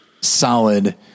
solid